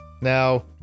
Now